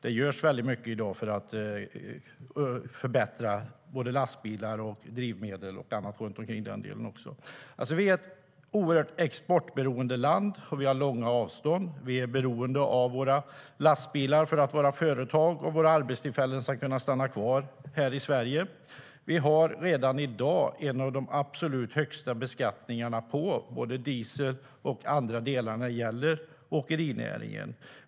Det görs mycket i dag för att förbättra både lastbilar och drivmedel och även annat kring den delen. Vi har redan i dag en av de absolut högsta beskattningarna på både diesel och andra delar inom åkerinäringen.